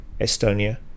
Estonia